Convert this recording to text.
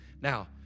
Now